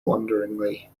wonderingly